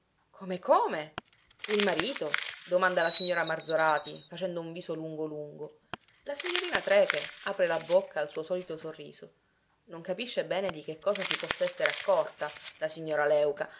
come come il marito domanda la signora marzorati facendo un viso lungo lungo la signorina trecke apre la bocca al suo solito sorriso non capisce bene di che cosa si possa essere accorta la signora léuca